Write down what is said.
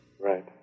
Right